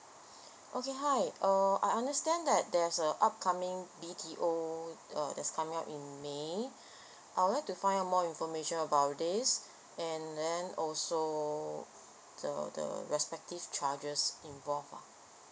okay hi uh I understand that there's a upcoming B_T_O uh that's coming out in may I would like to find out more information about this and then also the the respective charges involved ah